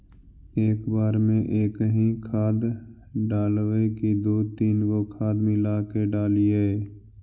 एक बार मे एकही खाद डालबय की दू तीन गो खाद मिला के डालीय?